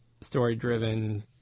story-driven